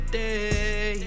day